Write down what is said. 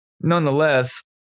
nonetheless